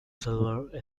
silver